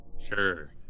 Sure